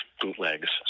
bootlegs